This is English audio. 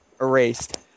erased